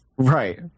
Right